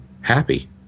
happy